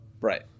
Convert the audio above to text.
Right